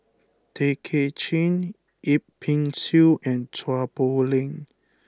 Tay Kay Chin Yip Pin Xiu and Chua Poh Leng